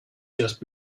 just